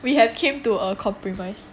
we have came to a compromise